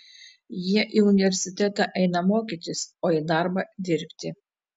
jie į universitetą eina mokytis o į darbą dirbti